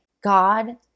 God